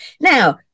Now